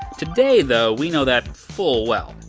today, though, we know that full well.